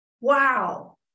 Wow